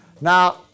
Now